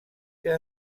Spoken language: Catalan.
que